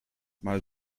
mal